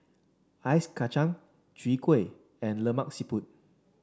Ice Kacang Chwee Kueh and Lemak Siput